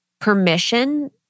permission